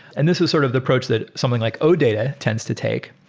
and this was sort of the approach that something like odata tends to take.